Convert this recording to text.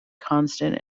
constant